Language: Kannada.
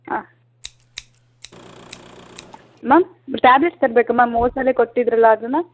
ಹಾಂ ಮ್ಯಾಮ್ ಟ್ಯಾಬ್ಲೆಟ್ಸ್ ತರಬೇಕಾ ಮ್ಯಾಮ್ ಹೋದ್ಸಲಿ ಕೊಟ್ಟಿದ್ದಿರಲ್ಲ ಅದನ್ನು